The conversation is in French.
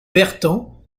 berton